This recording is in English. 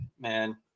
man